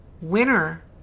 winner